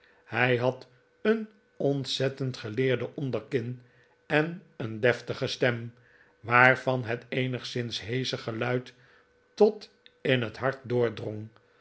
hij had een ontzettend geleerde onderkin en een deftige stem waarvan het eenigszins heesche geluid tot in het hart